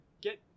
get